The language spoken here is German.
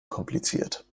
kompliziert